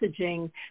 messaging